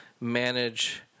manage